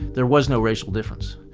there was no racial difference.